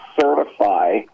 certify